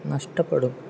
നഷ്ടപ്പെടും